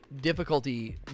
difficulty